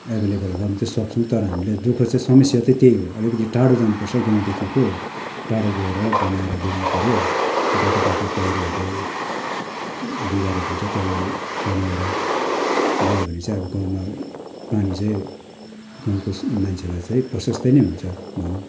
available गर्नु चाहिँ सक्छौँ तर हामीलाई दुःख चाहिँ समस्या चाहिँ त्यही हो अलिकति टाढो जानु पर्छ गाउँदेखिको टाढो गएर बनाएर ल्याउनु पऱ्यो बाटो बाटो पैह्रोहरूले बिगारेको हुन्छ त्यसलाई बनाएर ल्यायो भने चाहिँ अब गाउँमा पानी चाहिँ गाउँको मान्छेलाई चाहिँ प्रशस्तै नै हुन्छ भनुम्